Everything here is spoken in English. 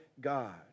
God